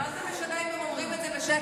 מה זה משנה אם הם אומרים את זה בשקט?